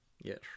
Yes